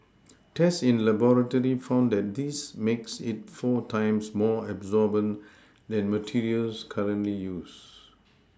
tests in laboratory found that this makes it four times more absorbent than materials currently used